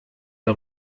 der